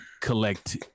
collect